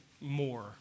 more